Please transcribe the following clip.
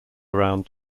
around